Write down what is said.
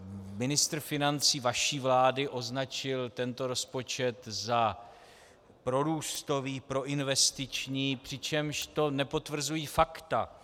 Ministr financí vaší vlády označil tento rozpočet za prorůstový, proinvestiční, přičemž to nepotvrzují fakta.